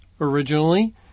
originally